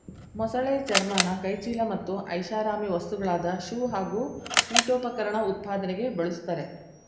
ಮೊಸಳೆ ಚರ್ಮನ ಕೈಚೀಲ ಮತ್ತು ಐಷಾರಾಮಿ ವಸ್ತುಗಳಾದ ಶೂ ಹಾಗೂ ಪೀಠೋಪಕರಣ ಉತ್ಪಾದನೆಗೆ ಬಳುಸ್ತರೆ